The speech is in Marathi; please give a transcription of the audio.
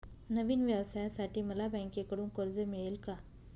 नवीन व्यवसायासाठी मला बँकेकडून कर्ज मिळेल का?